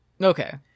Okay